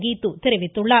கீது தெரிவித்துள்ளார்